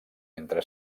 entre